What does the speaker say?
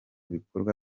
bikorwa